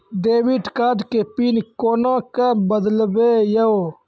Debit card के PIN कोना के बदलबै यो?